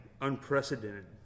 Unprecedented